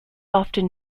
often